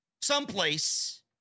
someplace